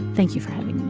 thank you for having me